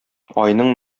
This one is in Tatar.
айның